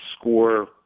score